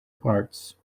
parts